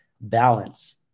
balance